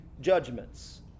judgments